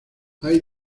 hay